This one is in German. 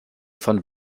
von